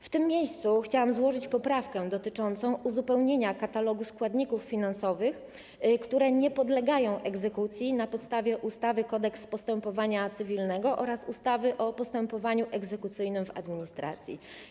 W tym miejscu chciałabym złożyć poprawkę dotyczącą uzupełnienia katalogu składników finansowych, które nie podlegają egzekucji na podstawie wstawy - Kodeks postępowania cywilnego oraz ustawy o postępowaniu egzekucyjnym w administracji.